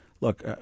look